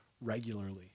regularly